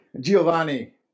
Giovanni